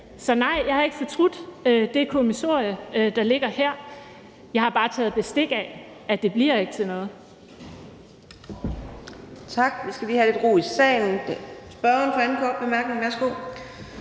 Så nej, jeg har ikke fortrudt det kommissorie, der ligger her. Jeg har bare taget bestik af, at det ikke bliver til noget.